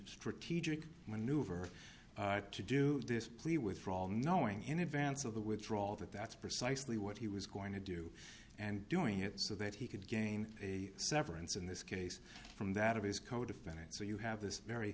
strategic maneuver to do this plea withdrawal knowing in advance of the withdrawal that that's precisely what he was going to do and doing it so that he could gain a severance in this case from that of his codefendant so you have this very